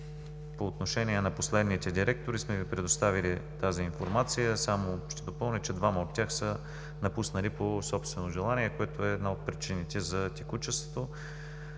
По отношение на последните директори сме Ви представили тази информация, само ще допълня, че двама от тях са напуснали по собствено желание, което е една от причините за текучеството.